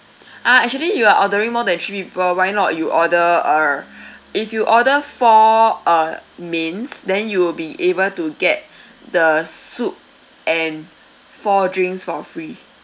uh actually you are ordering more than three people why not you order uh if you order four uh mains then you will be able to get the soup and four drinks for free